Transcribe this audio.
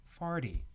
Farty